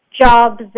jobs